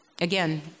again